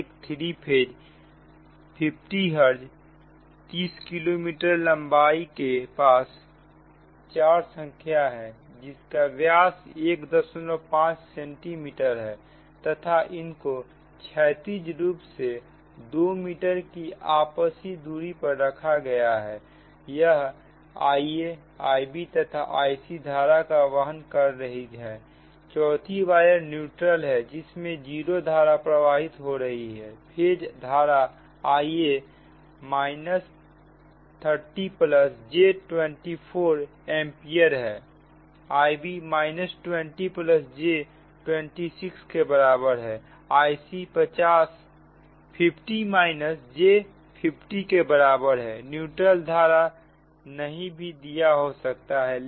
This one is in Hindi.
एक थ्री फेज 50 hz 30 किलोमीटर लंबी लाइन के पास 4 संख्या है जिनका व्यास 1 5 cm है तथा इनको क्षैतिज रूप से से 2 मीटर की आपसी दूरी पर रखा गया है और यह IaIbतथा Ic धारा का वहन कर रही है चौथी वायर न्यूट्रल है जिसमें 0 धारा प्रवाहित हो रही है फेज धारा Ia 30 j 24 एंपियर है Ib 20 j 26 के बराबर है Ic 50 j 50 के बराबर है न्यूट्रल धारा नहीं भी दीया हो सकता है